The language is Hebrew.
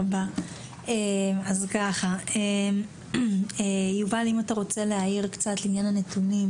אם אתה רוצה להעיר לעניין הנתונים,